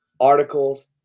articles